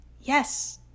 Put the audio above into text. Yes